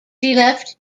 left